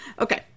Okay